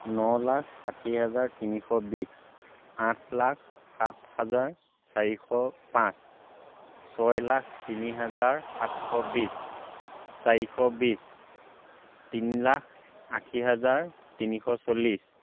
ন লাখ ষাঠি হাজাৰ তিনিশ বিছ আঠ লাখ সাত হাজাৰ চাৰিশ পাঁচ ছয় লাখ তিনি হাজাৰ সাতশ বিছ চাৰিশ বিছ তিন লাখ আশী হাজাৰ তিনিশ চল্লিছ